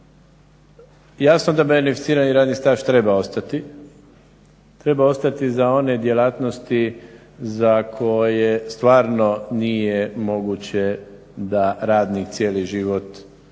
Jasno da beneficirani radni staž treba ostati, treba ostati za one djelatnosti za koje stvarno nije moguće da radnik cijeli život